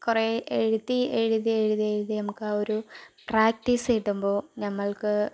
കുറേ എഴുതി എഴുതി എഴുതി എഴുതി നമുക്ക് ആ ഒരു പ്രാക്ടീസ് കിട്ടുമ്പോൾ നമ്മൾക്ക്